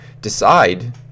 decide